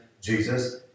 Jesus